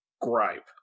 Gripe